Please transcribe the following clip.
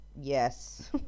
Yes